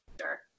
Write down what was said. sure